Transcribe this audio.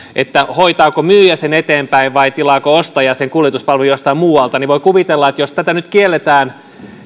hoitaako myyjä sen eteenpäin vai tilaako ostaja sen kuljetuspalvelun jostain muualta voi kuvitella että jos tämä nyt kielletään